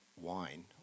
wine